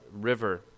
river